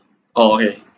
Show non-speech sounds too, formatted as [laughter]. oh okay [noise]